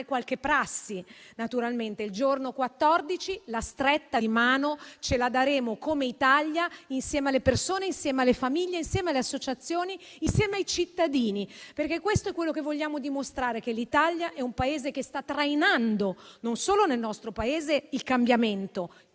qualche prassi, perché il 14 ottobre la stretta di mano ce la daremo come Italia insieme alle persone, insieme alle famiglie, insieme alle associazioni, insieme ai cittadini. Questo è quello che vogliamo dimostrare, ossia che l'Italia sta trainando non solo nel nostro Paese il cambiamento,